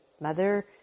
mother